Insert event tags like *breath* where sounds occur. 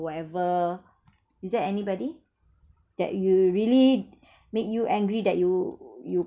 whatever is there anybody that you really *breath* make you angry that you you